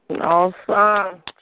Awesome